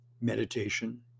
meditation